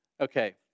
Okay